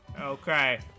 Okay